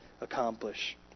accomplish